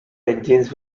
engines